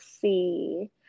see